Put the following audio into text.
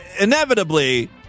Inevitably